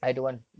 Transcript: mm